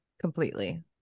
Completely